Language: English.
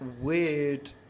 weird